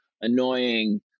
annoying